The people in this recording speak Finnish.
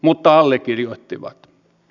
mutta allekirjoittivat